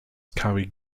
carry